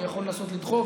אני יכול לנסות לדחוף,